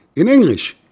in english,